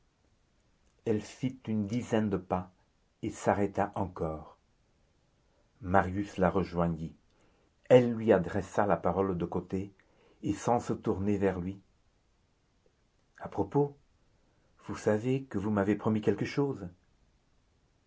elle fit une dizaine de pas et s'arrêta encore marius la rejoignit elle lui adressa la parole de côté et sans se tourner vers lui à propos vous savez que vous m'avez promis quelque chose